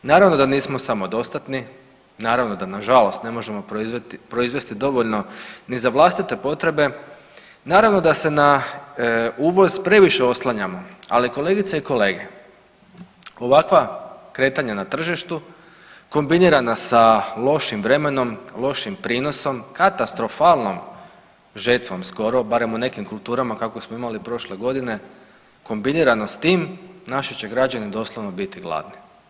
Naravno da nismo samodostatni, naravno da nažalost ne možemo proizvesti dovoljno ni za vlastite potrebe, naravno da se na uvoz previše oslanjamo, ali kolegice i kolege ovakva kretanja na tržištu kombinirana sa lošim vremenom, lošim prinosom, katastrofalnom žetvom skoro barem u nekim kulturama kako smo imali prošle godine kombinirano s tim naši će građani doslovno biti gladni.